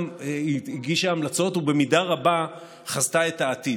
גם הגישה המלצות ובמידה רבה חזתה את העתיד.